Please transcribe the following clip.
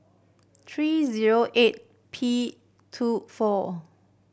three zero eight P two four